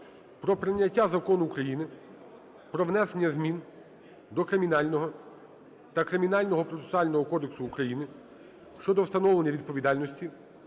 про прийняття Закону України "Про внесення змін до Кримінального та Кримінального процесуального кодексів України щодо встановлення відповідальності